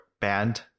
band